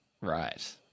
right